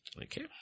Okay